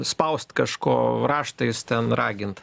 spaust kažko raštais ten ragint